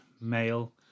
male